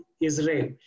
Israel